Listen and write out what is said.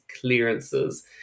clearances